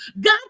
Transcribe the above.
God